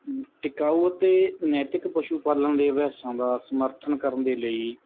ਟਿਕਾਊ ਅਤੇ ਨੈਤਿਕ ਪਸ਼ੂ ਪਾਲਣ ਦੇ ਅਭਿਆਸਾਂ ਦਾ ਸਮਰਥਨ ਕਰਨ ਦੇ ਲਈ